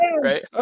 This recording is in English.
right